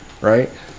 right